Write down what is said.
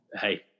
hey